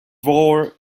wore